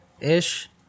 ish